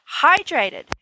hydrated